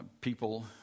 people